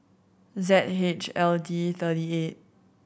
Z H L D thirty eight